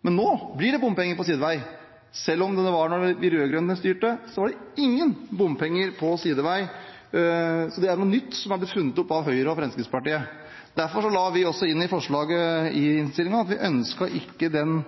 Men nå blir det bompenger på sidevei. Selv da de rød-grønne styrte, var det ingen bompenger på sidevei. Så det er noe nytt som er funnet opp av Høyre og Fremskrittspartiet. Derfor la vi inn i forslaget i innstillingen at vi ikke ønsket den